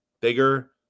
bigger